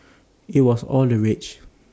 IT was all the rage